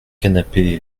canapé